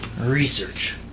research